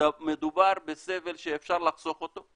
מדובר בסבל שאפשר לחסוך אותו,